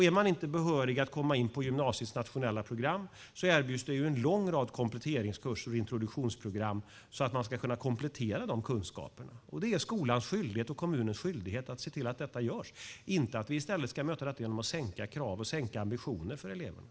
Är man inte behörig att komma in på gymnasiets nationella program erbjuds en lång rad kompletteringskurser och introduktionsprogram så att man kan komplettera de kunskaperna. Det är skolans och kommunens skyldighet att se till att det sker. Vi ska inte möta detta genom att sänka kraven och ambitionerna för eleverna.